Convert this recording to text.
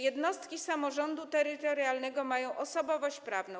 Jednostki samorządu terytorialnego mają osobowość prawną.